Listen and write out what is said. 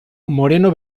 moreno